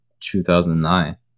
2009